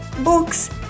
books